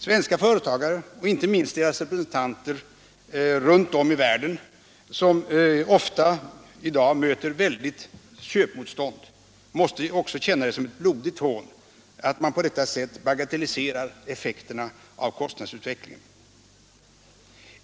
Svenska företagare — och inte minst deras representanter runt om i världen, som i dag ofta möter et mycket starkt köpmotstånd — måste också känna det som ett blodigt hån att man på detta sätt bagatelliserar effekterna av kostnadsutvecklingen.